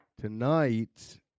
tonight